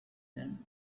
than